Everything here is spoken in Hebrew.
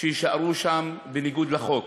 שיישארו שם בניגוד לחוק.